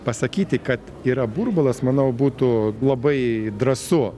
pasakyti kad yra burbulas manau būtų labai drąsu